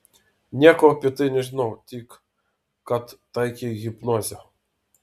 nieko apie tai nežinau tik kad taikei hipnozę